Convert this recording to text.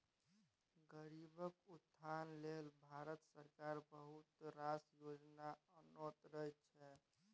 गरीबक उत्थान लेल भारत सरकार बहुत रास योजना आनैत रहय छै